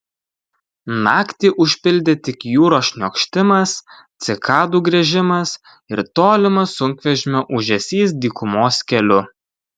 naktį užpildė tik jūros šniokštimas cikadų griežimas ir tolimas sunkvežimio ūžesys dykumos keliu